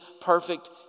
perfect